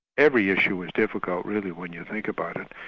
every issue was difficult really, when you think about it.